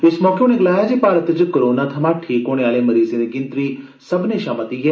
इस मौके उन्ने गलाया जे भारत च कोरोना थमां ठीक होने आहले मरीजें दी गिनतरी सब्भर्ने शा मती ऐ